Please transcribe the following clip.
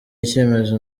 icyemezo